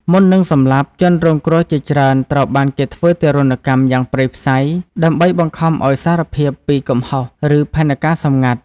មុននឹងសម្លាប់ ជនរងគ្រោះជាច្រើនត្រូវបានគេធ្វើទារុណកម្មយ៉ាងព្រៃផ្សៃ ដើម្បីបង្ខំឱ្យសារភាពពី "កំហុស" ឬ "ផែនការសម្ងាត់" ។